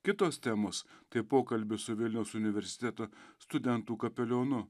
kitos temos tai pokalbis su vilniaus universiteto studentų kapelionu